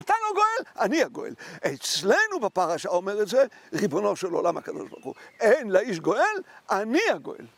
אתה לא גואל, אני הגואל. אצלנו בפרשה אומר את זה, ריבונו של עולם הקדוש ברוך הוא. אין לאיש גואל, אני הגואל.